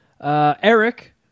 Eric